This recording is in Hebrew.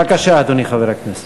בבקשה, אדוני חבר הכנסת.